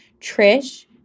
Trish